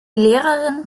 lehrerin